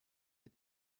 mit